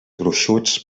gruixuts